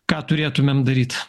ką turėtumėm daryt